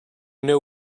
know